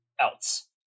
else